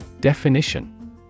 Definition